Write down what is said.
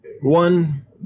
One